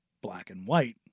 black-and-white